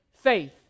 faith